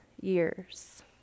years